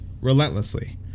relentlessly